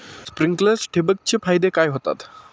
Sprinklers ठिबक चे फायदे काय होतात?